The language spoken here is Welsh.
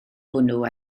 hwnnw